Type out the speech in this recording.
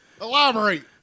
Elaborate